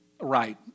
right